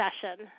session